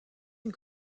une